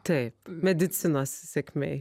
taip medicinos sėkmė